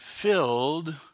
filled